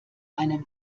einen